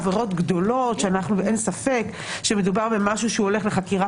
עבירות גדולות שאין ספק שמדובר במשהו שהולך לחקירה